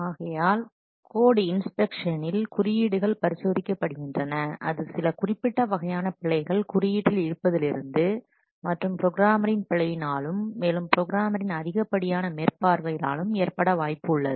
ஆகையால் கோட் இன்ஸ்பெக்ஷனில் குறியீடுகள் பரிசோதிக்கப் படுகின்றன அது சில குறிப்பிட்ட வகையான பிழைகள் குறியீட்டில் இருப்பதிலிருந்து மற்றும் ப்ரோக்ராம்மரின் பிழையினாலும் மேலும் ப்ரோக்ராம்மரின் அதிகப்படியான மேற்பார்வையினாலும் ஏற்பட வாய்ப்பு உள்ளது